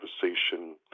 conversation